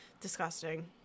Disgusting